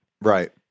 Right